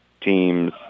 Teams